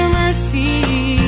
mercy